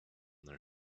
their